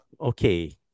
Okay